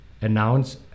announce